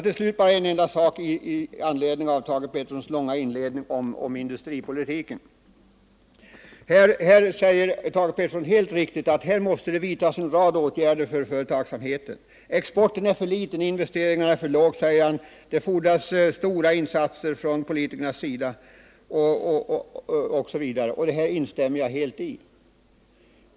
Till slut bara några synpunkter med anledning av Thage Petersons långa redogörelse om industripolitiken. Thage Peterson sade helt riktigt att det måste vidtas en rad åtgärder för företagsamheten. Exporten är för liten och investeringarna för låga. Det fordras, sade han, stora insatser från politikernas sida. Jag instämmer helt i detta.